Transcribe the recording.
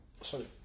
sorry